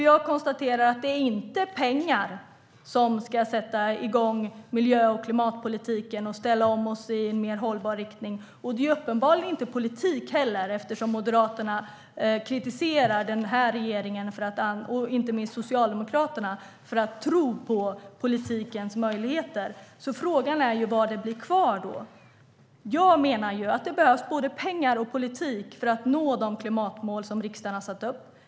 Jag konstaterar att det inte är pengar som ska sätta igång miljö och klimatpolitiken och ställa om oss i mer hållbar riktning, och det är uppenbarligen inte heller politik, eftersom Moderaterna kritiserar den här regeringen och inte minst Socialdemokraterna för att tro på politikens möjligheter. Frågan är vad det blir kvar då. Jag menar att det behövs både pengar och politik för att nå de klimatmål som riksdagen har satt upp.